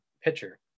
pitcher